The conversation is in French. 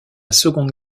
seconde